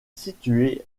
situé